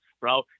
bro